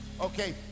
okay